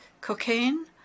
cocaine